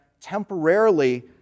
temporarily